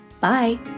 Bye